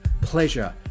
pleasure